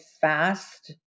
fast